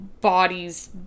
bodies